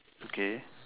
okay